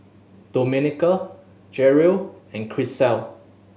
Domenica Jerel and Grisel